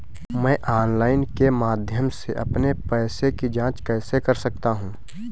मैं ऑनलाइन के माध्यम से अपने पैसे की जाँच कैसे कर सकता हूँ?